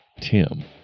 Tim